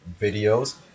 videos